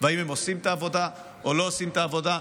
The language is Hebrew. ואם הם עושים את העבודה או לא עושים את העבודה.